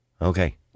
Okay